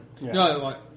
No